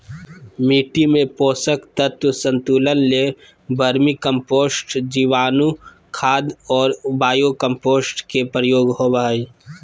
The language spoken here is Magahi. मिट्टी में पोषक तत्व संतुलन ले वर्मी कम्पोस्ट, जीवाणुखाद और बायो कम्पोस्ट के प्रयोग होबो हइ